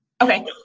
okay